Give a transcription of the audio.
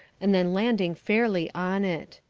and then landing fairly on it.